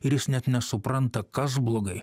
ir jis net nesupranta kas blogai